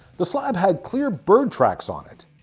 the slab had clear bird tracks on it.